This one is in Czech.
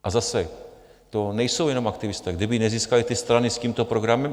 A zase, to nejsou jenom aktivisté, kdyby nezískali ty strany s tímto programem...